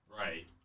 Right